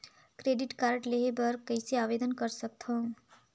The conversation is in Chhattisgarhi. क्रेडिट कारड लेहे बर कइसे आवेदन कर सकथव?